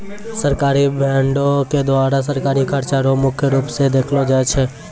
सरकारी बॉंडों के द्वारा सरकारी खर्चा रो मुख्य रूप स देखलो जाय छै